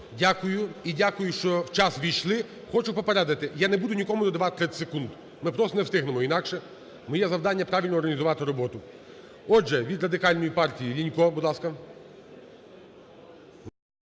Дякую і дякую, що в час ввійшли. Хочу попередити, я не буду нікому надавати 30 секунд, ми просто не встигнемо інакше. Моє завдання – правильно організувати роботу. Отже, від Радикальної партіїЛінько, будь ласка.